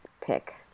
pick